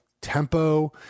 tempo